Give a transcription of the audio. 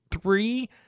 three